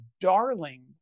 darling